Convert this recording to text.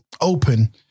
open